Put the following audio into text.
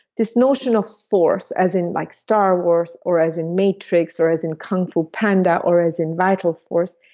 this notion of force as in like star wars or as in matrix or as in kung fu panda or as in vital force,